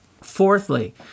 Fourthly